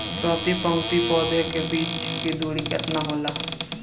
प्रति पंक्ति पौधे के बीच की दूरी केतना होला?